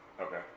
Okay